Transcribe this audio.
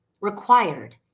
required